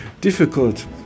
difficult